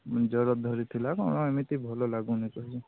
ଜର ଧରିଥିଲା କ'ଣ ଏମିତି ଭଲ ଲାଗୁନି ଦେହ